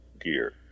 gear